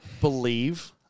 believe